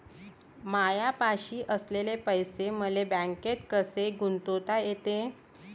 मायापाशी असलेले पैसे मले बँकेत कसे गुंतोता येते?